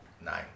Nine